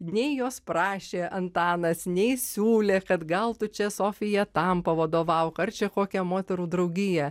nei jos prašė antanas nei siūlė kad gal tu čia sofija tam pavadovauk ar čia kokią moterų draugiją